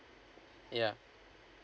yeah